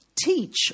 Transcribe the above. Teach